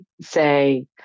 say